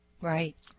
Right